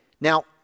Now